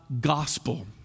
gospel